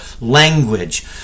language